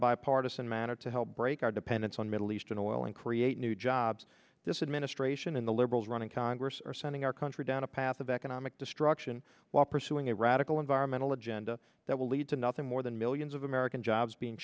bipartisan manner to help break our dependence on middle eastern oil and create new jobs this administration in the liberals running congress are sending our country down a path of economic destruction while pursuing a radical environmental agenda that will lead to nothing more than millions of american jobs being